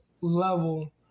level